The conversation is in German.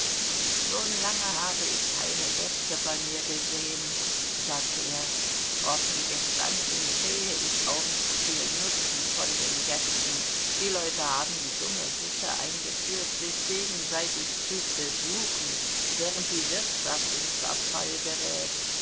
schon lange habe ich keine gäste bei mir gesehen sagte er offen gestanden sehe ich auch nicht viel nutzen von den gästen die leute haben die dumme sitte eingeführt sich gegenseitig zu besuchen während die wirtschaft in verfall gerät